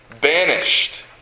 banished